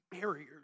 barriers